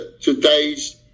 today's